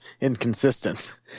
inconsistent